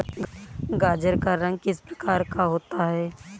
गाजर का रंग किस प्रकार का होता है?